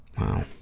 Wow